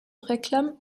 réclament